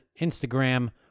instagram